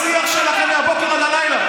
זה השיח שלכם מהבוקר עד הלילה.